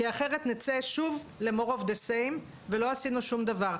כי אחת נצא שוב לעוד מאותו דבר ולא עשינו שום דבר.